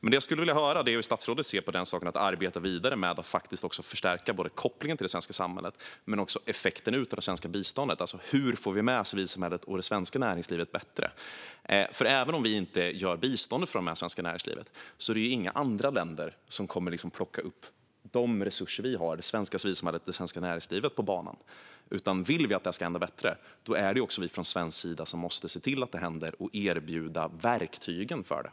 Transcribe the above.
Det jag skulle vilja höra är hur statsrådet ser på att arbeta vidare med och förstärka både kopplingen till det svenska samhället och effekten ut av det svenska biståndet. Hur får vi med civilsamhället och det svenska näringslivet på ett bättre sätt? Även om vi inte gör biståndet från det svenska näringslivet är det inga andra länder som kommer att plocka upp de resurser vi har - det svenska civilsamhället och det svenska näringslivet - på banan. Om vi vill att det här ska hända på ett bättre sätt är det vi från svensk sida som måste se till att det händer och erbjuda verktygen för det.